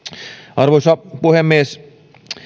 arvoisa puhemies